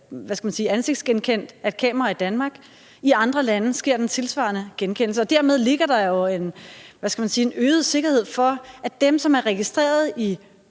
ansigtsgenkendt af et kamera i Danmark, mens det tilsvarende sker i andre lande. Dermed ligger der en øget sikkerhed for, at dem, som er registreret i